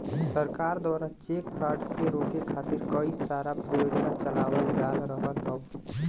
सरकार दवारा cheque fraud के रोके खातिर कई सारा योजना चलावल जा रहल हौ